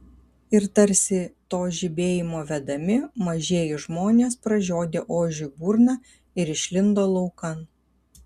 ir tarsi to žibėjimo vedami mažieji žmonės pražiodė ožiui burną ir išlindo laukan